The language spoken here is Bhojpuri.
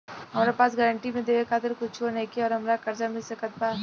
हमरा पास गारंटी मे देवे खातिर कुछूओ नईखे और हमरा कर्जा मिल सकत बा?